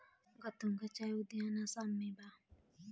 गतूंगा चाय उद्यान आसाम में बा